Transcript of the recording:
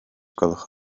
gwelwch